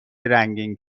رنگین